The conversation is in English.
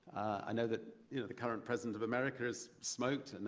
i know that you know the current president of america has smoked. and